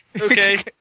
Okay